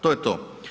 To je to.